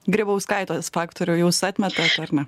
grybauskaitės faktorių jūs atmetat ar ne